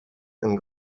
and